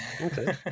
Okay